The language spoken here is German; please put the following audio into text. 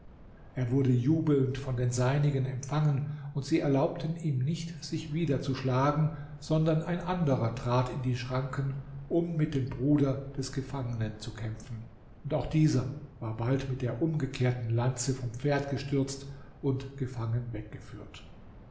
er wurde jubelnd von den seinigen empfangen und sie erlaubten ihm nicht sich wieder zu schlagen sondern ein anderer trat in die schranken um mit dem bruder des gefangenen zu kämpfen und auch dieser war bald mit der umgekehrten lanze vom pferd gestürzt und gefangen weggeführt